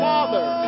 Father